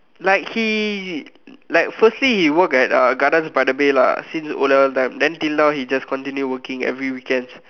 like he like firstly he work at uh gardens by the bay lah since O-levels time then till now he just continue working every weekends